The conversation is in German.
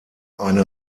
eine